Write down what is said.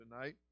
tonight